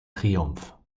triumph